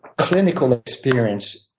clinical experience